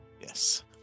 Yes